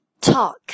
talk